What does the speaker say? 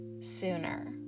sooner